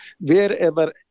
wherever